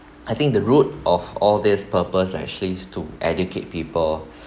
I think the root of all this purpose actually is to educate people